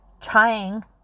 trying